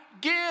give